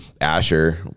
Asher